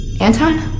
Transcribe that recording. Anton